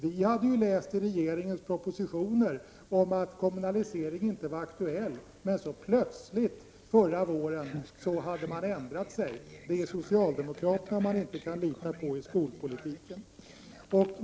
Vi hade ju läst regeringens propositioner om att någon kommunalisering inte var aktuell, men förra våren ändrade man sig plötsligt. Det är socialdemokraterna som man inte kan lita på när det gäller skolpolitiken.